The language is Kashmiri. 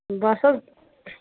بَس حظ